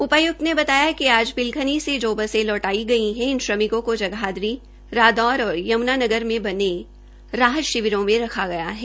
उपाय्क्त ने बताया कि आज पिलखनी से जो बसे लौटाई गई है इन श्रमिकों केा जगाधरी रादौर और यमुनानगर में बने राहत शिविरों में रखा गया है